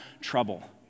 trouble